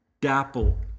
dapple